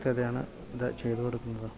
വ്യക്തതയാണ് ഇത് ചെയ്തു കൊടുക്കുന്നത്